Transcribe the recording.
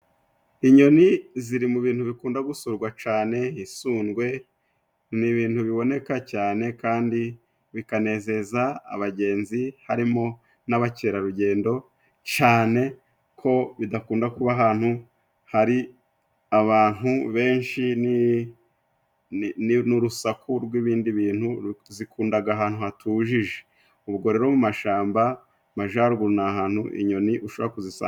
Inyoni ziri mu bintu bikunda gusurwa cane， isundwe ni ibintu biboneka cyane kandi bikanezeza abagenzi，harimo n'abakerarugendo，cane ko bidakunda kuba ahantu hari abantu benshi n'urusaku rw'ibindi bintu， zikundaga ahantu hatujije. Ubwo rero mu mashamba，mu majaruguru ni ahantu inyoni ushobora kuzisanga.